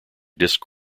disc